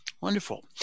Wonderful